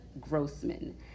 Grossman